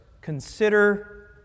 consider